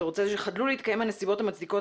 אתה רוצה חדלו להתקיים הנסיבות המצדיקות